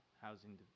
housing